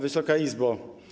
Wysoka Izbo!